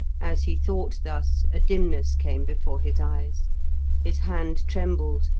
as he thought thus a dimness came before his eyes his hand trembled,